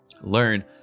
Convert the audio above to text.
Learn